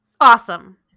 Awesome